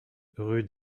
rue